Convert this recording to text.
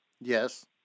Yes